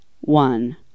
one